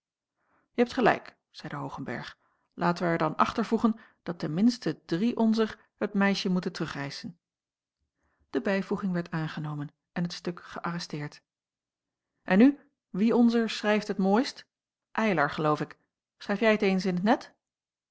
je hebt gelijk zeide hoogenberg laten wij er dan achter voegen dat ten minste drie onzer het meisje moeten terugeischen de bijvoeging werd aangenomen en het stuk geärresteerd en nu wie onzer schrijft het mooist eylar geloof ik schrijf jij t eens in t net